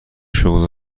شغل